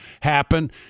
happen